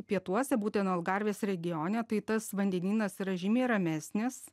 pietuose būtent algarvės regione tai tas vandenynas yra žymiai ramesnis